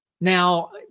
Now